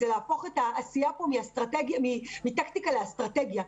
הוא להפוך את העשייה פה מטקטיקה לאסטרטגיה,